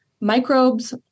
microbes